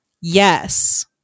yes